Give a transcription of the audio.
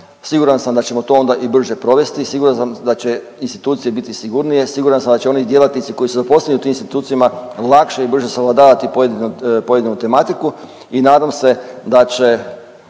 Siguran sam da ćemo to onda i brže provesti, siguran sam da će institucije biti sigurnije, siguran sam da će oni djelatnici koji su zaposleni u tim institucijama lakše i brže savladavati pojedinu tematiku i nadam se da će